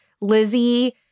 Lizzie